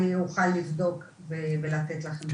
אני רוצה לבדוק ולתת לכם תשובה.